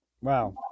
Wow